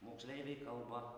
moksleiviai kalba